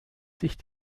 sich